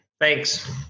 thanks